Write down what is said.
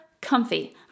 Comfy